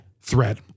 threat